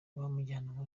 bamujyana